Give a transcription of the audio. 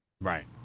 Right